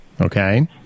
Okay